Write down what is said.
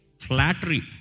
Flattery